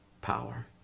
power